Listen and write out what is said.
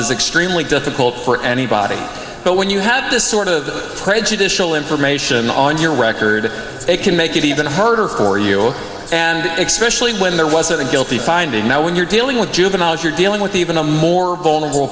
is extremely difficult for anybody but when you have this sort of prejudicial information on your record it can make it even harder for you and expression when there wasn't a guilty finding now when you're dealing with juveniles you're dealing with even a more vulnerable